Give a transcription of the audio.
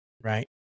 right